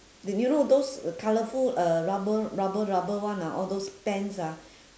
then you know those colourful uh rubber rubber rubber one ah all those pants ah